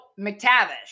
McTavish